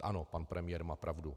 Ano, pan premiér má pravdu.